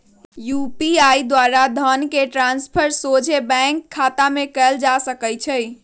UPI द्वारा धन के ट्रांसफर सोझे बैंक खतामें कयल जा सकइ छै